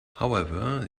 however